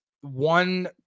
one –